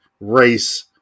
race